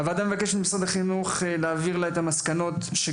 הוועדה מבקשת ממשרד החינוך להעביר לה את המסקנות של